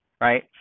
right